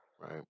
right